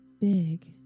big